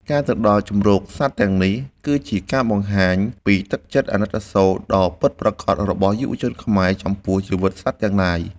ការទៅដល់ជម្រកសត្វទាំងនេះ គឺជាការបង្ហាញពីទឹកចិត្តអាណិតអាសូរដ៏ពិតប្រាកដរបស់យុវជនខ្មែរចំពោះជីវិតសត្វទាំងឡាយ។